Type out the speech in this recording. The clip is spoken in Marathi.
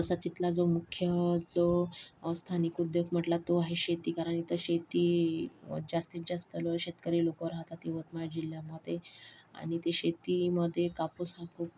तसाच इथला जो मुख्य जो स्थानिक उद्योग म्हटला तो आहे शेती कारण इथे शेती जास्तीत जास्त लो शेतकरी लोकं राहतात यवतमाळ जिल्ह्यामध्ये आणि इथे शेतीमध्ये कापूस हा खूप